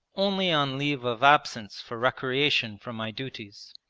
only on leave of absence for recreation from my duties.